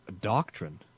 doctrine